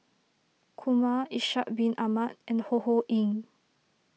Kumar Ishak Bin Ahmad and Ho Ho Ying